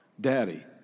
Daddy